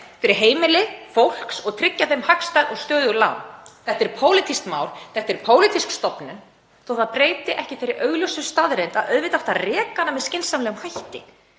fyrir heimili fólks og tryggja þeim hagstæð og stöðug lán. Þetta er pólitískt mál, þetta er pólitísk stofnun þó að það breyti ekki þeirri augljósu staðreynd að auðvitað átti að reka hana með skynsamlegum hætti.